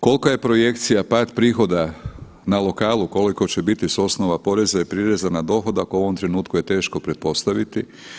Kolika je projekcija pad prihoda na lokalu, koliko će biti s osnova poreza i prireza na dohodak u ovom trenutku je teško pretpostaviti.